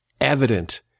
evident